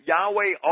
Yahweh